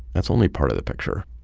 that's only part of the picture.